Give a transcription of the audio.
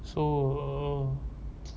so